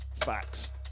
Facts